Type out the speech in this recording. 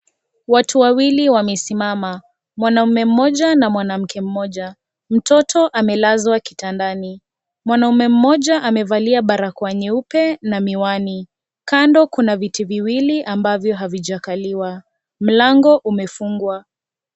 Watu wawili wamesimama, mwanaume mmoja na mwanamke mmoja. Mtoto amelazwa kitandani. Mwanamume mmoja amevalia barakoa nyeupe na miwani. Kando kuna viti viwili ambavyo havijakaliwa. Mlango umefungwa.